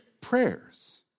prayers